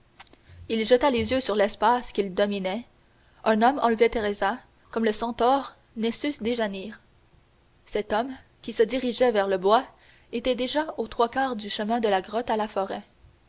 il jeta les yeux sur l'espace qu'il dominait un homme enlevait teresa comme le centaure nessus déjanire cet homme qui se dirigeait vers le bois était déjà aux trois quarts du chemin de la grotte à la forêt